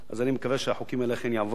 אני מקווה שהחוקים האלה אכן יעברו,